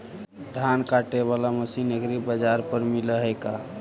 धान काटे बाला मशीन एग्रीबाजार पर मिल है का?